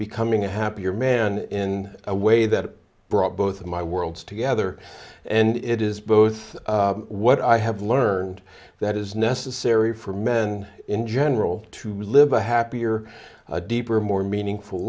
becoming a happier man in a way that brought both of my worlds together and it is both what i have learned that is necessary for men in general to live a happier deeper more meaningful